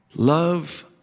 Love